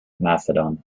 macedon